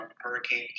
Hurricane